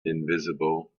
invisible